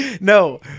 no